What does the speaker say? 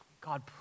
God